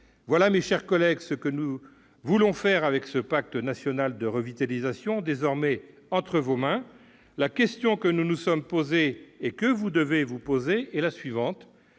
sont, mes chers collègues, les objectifs de ce pacte national de revitalisation, désormais entre vos mains. La question que nous nous sommes posée et que vous devez vous poser à votre